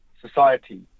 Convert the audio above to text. society